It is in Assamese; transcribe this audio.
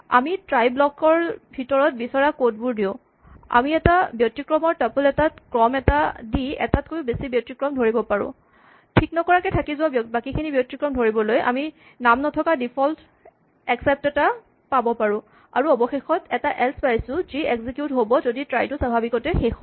আমি ট্ৰাই ব্লক ৰ ভিতৰত বিচৰা কড বোৰ দিওঁ আমি এটা ব্যতিক্ৰমৰ টাপল এটাত ক্ৰম এটা দি এটাতকৈও বেছি ব্যতিক্ৰম ধৰিব পাৰোঁ ঠিক নকৰাকে থাকি যোৱা বাকীখিনি ব্যতিক্ৰম ধৰিবলৈ আমি নাম নথকা ডিফল্ট এক্সেপ্ট এটা পাব পাৰোঁ আৰু অৱশেষত এটা এল্চ পাইছোঁ যি এক্সিকিউট হ'ব যদি ট্ৰাই টো স্বাভাৱিকভাৱে শেষ হয়